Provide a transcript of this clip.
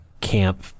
camp